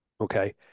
Okay